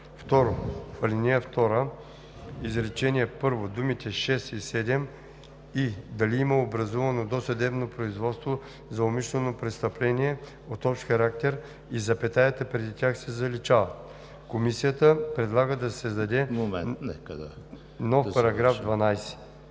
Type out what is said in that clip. В ал. 2, изречение първо думите „6 и 7 и дали има образувано досъдебно производство за умишлено престъпление от общ характер“ и запетаята преди тях се заличават.“ Комисията предлага да се създаде нов § 12: „§ 12.